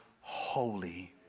holy